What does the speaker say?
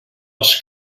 els